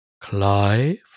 Clive